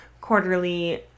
quarterly